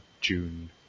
June